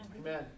Amen